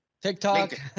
TikTok